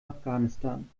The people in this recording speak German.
afghanistan